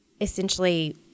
essentially